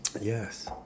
Yes